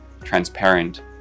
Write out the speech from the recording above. transparent